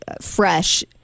fresh